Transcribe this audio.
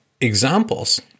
examples